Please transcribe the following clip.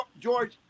George